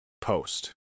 post